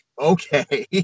Okay